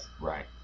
Right